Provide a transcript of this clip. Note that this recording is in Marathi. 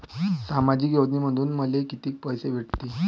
सामाजिक योजनेमंधून मले कितीक पैसे भेटतीनं?